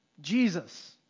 Jesus